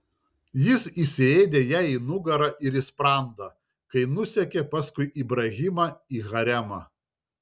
jis įsiėdė jai į nugarą ir į sprandą kai nusekė paskui ibrahimą į haremą